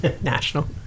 national